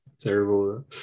terrible